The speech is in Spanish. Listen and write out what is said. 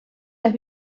las